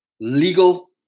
legal